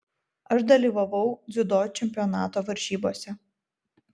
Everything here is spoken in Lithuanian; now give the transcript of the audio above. aš dalyvavau dziudo čempionato varžybose